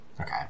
Okay